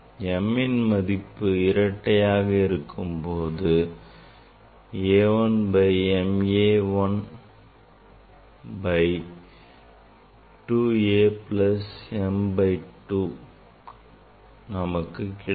m ன் மதிப்பு இரட்டையாக இருக்கும் போது A 1 by m A 1 by 2 plus A m by 2 நமக்கு கிடைக்கும்